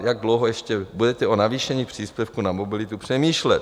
Jak dlouho ještě budete o navýšení příspěvku na mobilitu přemýšlet?